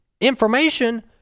information